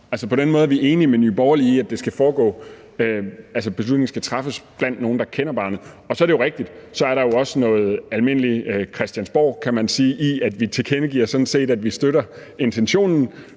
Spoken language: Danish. På den måde er vi enige med Nye Borgerlige i, at beslutningen skal træffes blandt nogle, der kender barnet. Så er det rigtigt, at der også er noget almindelig christiansborgsk i, at vi tilkendegiver, at vi sådan set støtter intentionen,